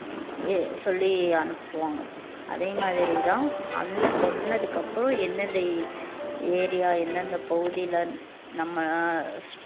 எ சொல்லி அனுப்புவாங்க அதே மாதிரி தான் அந்த சொன்னதுக்கு அப்புறம் எந்தெந்த ஏரியா எந்தெந்த பகுதியில் நம்ம